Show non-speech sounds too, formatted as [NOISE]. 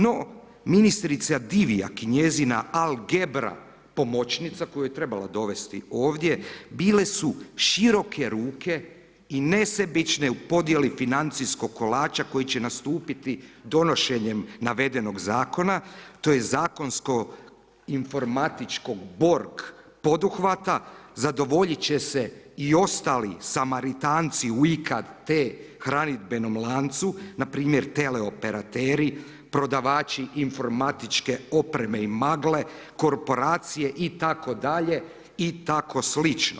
No, ministrica Divjak i njezina Algebra pomoćnica koju je trebala dovesti ovdje bile su široke ruke i nesebične u podjeli financijskog kolača koji će nastupiti donošenjem navedenog zakona to je zakonsko informatičkog borg poduhvata zadovoljiti će se i ostali Samaritanci u ... [UNINTELLIGIBLE] hranidbenom lancu npr. teleoperateri, prodavači informatičke opreme i magle, korporacije itd., i tako slično.